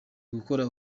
bakora